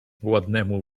ładnemu